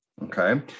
Okay